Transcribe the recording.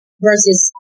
versus